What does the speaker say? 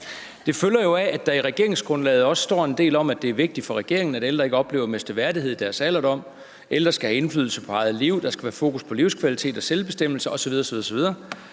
Det følger jo af, at der i regeringsgrundlaget står en del om, at det er vigtigt for regeringen, at ældre ikke oplever at miste værdighed i deres alderdom. Ældre skal have indflydelse på eget liv, der skal være fokus på livskvalitet og selvbestemmelse osv. osv. Det